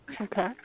Okay